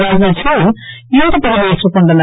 ராஜ்நாத் சிங்கும் இன்று பதவியேற்றுக் கொண்டனர்